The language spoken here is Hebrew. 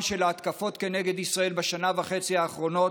של ההתקפות כנגד ישראל בשנה וחצי האחרונות,